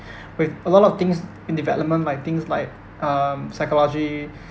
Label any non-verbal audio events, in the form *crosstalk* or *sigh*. *breath* with a lot of things in development like things like um psychology *breath*